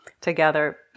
together